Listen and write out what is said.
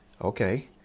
okay